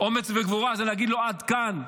אומץ וגבורה זה להגיד לו: עד כאן,